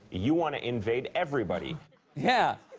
you want to invade everybody yeah,